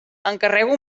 encarrego